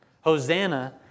Hosanna